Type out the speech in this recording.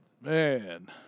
Man